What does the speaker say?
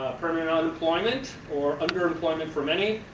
permanent unemployment or underemployment for many,